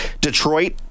detroit